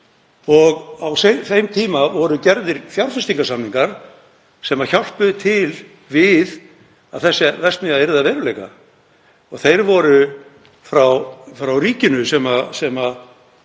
út. Á þeim tíma voru gerðir fjárfestingarsamningar sem hjálpuðu til við að þessi verksmiðja yrði að veruleika. Þeir voru frá ríkinu sem